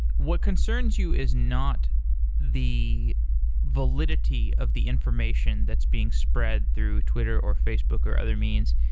what concerns you is not the validity of the information that's being spread through twitter, or facebook, or other means.